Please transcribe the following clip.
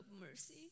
mercy